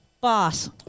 boss